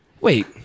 wait